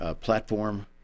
platform